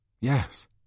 Yes